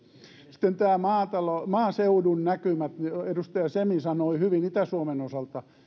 sitten nämä maaseudun näkymät edustaja semi sanoi hyvin itä suomen osalta